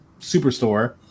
superstore